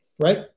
Right